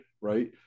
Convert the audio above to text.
Right